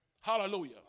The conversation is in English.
Hallelujah